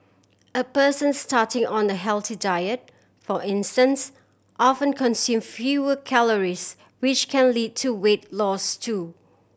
a person starting on a healthy diet for instance often consume fewer calories which can lead to weight loss too